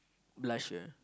blusher